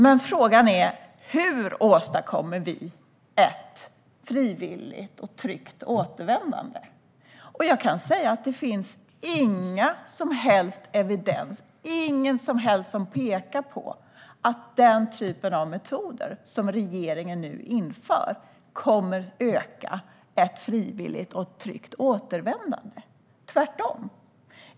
Men frågan är: Hur åstadkommer vi ett frivilligt och tryggt återvändande? Det finns ingen som helst evidens som pekar på att den typ av metoder som regeringen nu inför kommer att öka ett frivilligt och tryggt återvändande. Tvärtom!